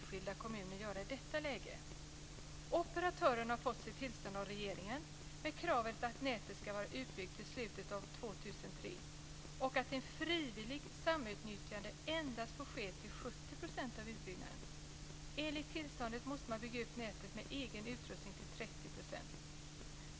2003 och att ett frivilligt samutnyttjande endast får ske till 70 % av utbyggnaden. Enligt tillståndet måste man bygga ut nätet med egen utrustning till 30 %.